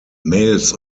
males